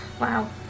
Wow